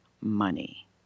money